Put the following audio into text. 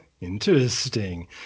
interesting